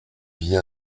vie